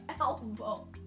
elbow